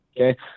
Okay